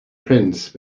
prince